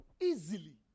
easily